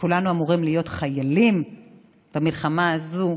כולנו אמורים להיות חיילים במלחמה הזו,